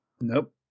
Nope